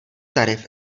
tarif